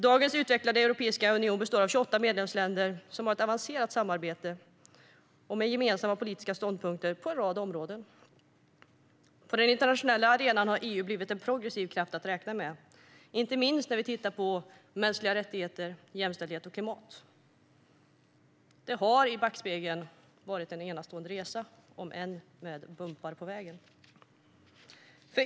Dagens utvecklade europeiska union består av 28 medlemsländer som har ett avancerat samarbete och gemensamma politiska ståndpunkter på en rad områden. På den internationella arenan har EU blivit en progressiv kraft att räkna med, inte minst när det gäller mänskliga rättigheter, jämställdhet och klimat. Det har varit en enastående resa, även om det har varit en del gupp på vägen.